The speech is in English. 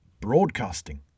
broadcasting